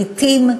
לעתים,